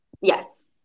yes